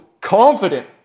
confident